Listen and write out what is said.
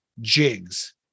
Jigs